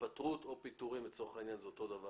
התפטרות או פיטורים לצורך העניין זה אותו דבר,